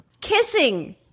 Kissing